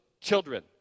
Children